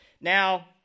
Now